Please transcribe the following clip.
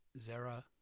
Zara